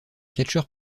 catcheur